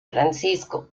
francisco